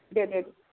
दे दे